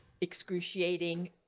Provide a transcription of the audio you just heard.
excruciating